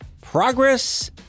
Progress